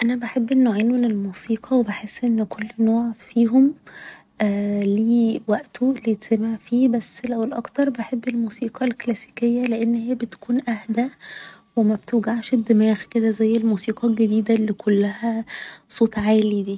أنا بحب النوعين من الموسيقى و بحس ان كل نوع فيهم ليه وقته اللي يتسمع فيه بس لو الاكتر بحب الموسيقى الكلاسيكية لان هي بتكون اهدى و مبتوجعش الدماغ كده زي الموسيقى الجديدة اللي كلها صوت عالي دي